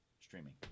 streaming